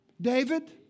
David